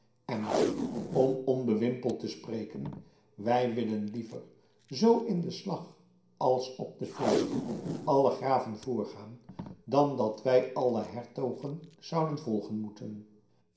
en om onbewimpeld te spreken wij willen liever zoo in den slag als op de feesten alle graven voorgaan dan dat wij alle hertogen zouden volgen moeten